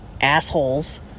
...assholes